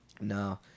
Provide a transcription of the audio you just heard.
No